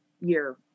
year